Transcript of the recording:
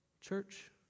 church